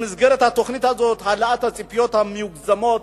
במסגרת התוכנית הזאת העלאת הציפיות המוגזמות